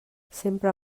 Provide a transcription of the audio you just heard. sempre